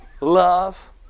Love